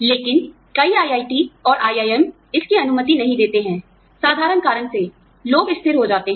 लेकिन कई IIT और IIM इसकी अनुमति नहीं देते हैं साधारण कारण से लोग स्थिर हो जाते हैं